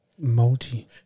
Multi